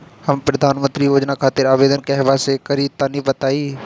हम प्रधनमंत्री योजना खातिर आवेदन कहवा से करि तनि बताईं?